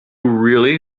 really